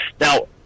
Now